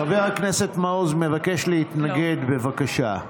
חבר הכנסת מעוז מבקש להתנגד, בבקשה.